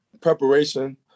preparation